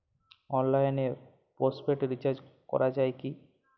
অনলাইনে postpaid recharge করা যায় কি?